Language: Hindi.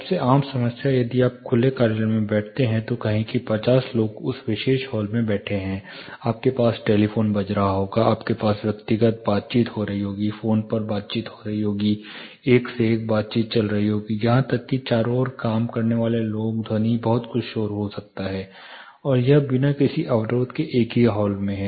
सबसे आम समस्या यदि आप खुले कार्यालय में बैठते हैं तो कहें कि 50 लोग उस विशेष हॉल में बैठे हैं आपके पास टेलीफोन बज रहा होगा आपके पास व्यक्तिगत बातचीत फोन पर बातचीत एक से एक बातचीत यहां तक कि चारों ओर काम करने वाले लोग ध्वनि बहुत कुछ शोर किया जाएगा और यह बिना किसी अवरोध के एक ही हॉल है